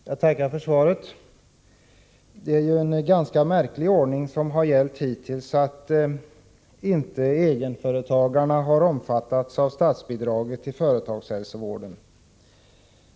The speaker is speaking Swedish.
Herr talman! Jag tackar för svaret. Det är ju en ganska märklig ordning som har gällt hittills, att inte egenföretagarna har omfattats av statsbidraget till företagshälsovården.